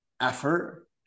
effort